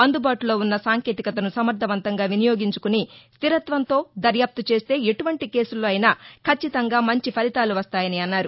అందుబాటులో ఉన్న సాంకేతికతను సమర్లపంతంగా వినియోగించుకుని స్లిరత్వంతో దర్యాప్తు చేస్తే ఎటువంటి కేసుల్లో అయినా కచ్చితంగా మంచి ఫలితాలు వస్తాయని అన్నారు